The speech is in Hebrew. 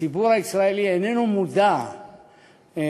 הציבור הישראלי איננו מודע למשמעויות